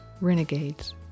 Renegades